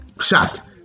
shot